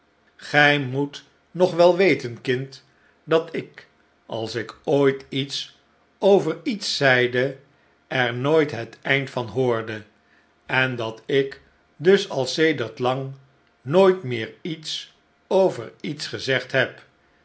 gij moet nog wel weten kind dat ik als ik ooit iets over iets zeide er nooit het eind van hoorde en dat ik dus al sedert lang nooit meer iets over iets gezegd heb